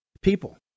people